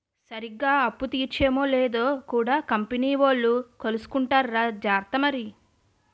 సరిగ్గా అప్పు తీర్చేమో లేదో కూడా కంపెనీ వోలు కొలుసుకుంటార్రా జార్త మరి